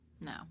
No